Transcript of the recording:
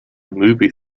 movie